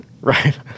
right